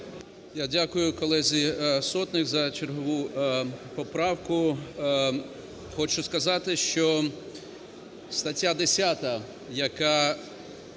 Я дякую колезі Сотник за чергову поправку. Хочу сказати, що стаття 10, в